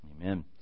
Amen